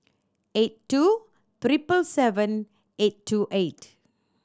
eight two treble seven eight two eight